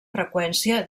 freqüència